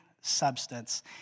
substance